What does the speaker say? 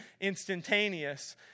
instantaneous